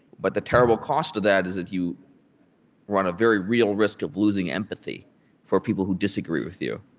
but the terrible cost of that is that you run a very real risk of losing empathy for people who disagree with you.